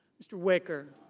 mr. wicker.